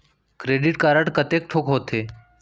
Credit card कतेक ठोक होथे?